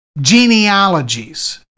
Genealogies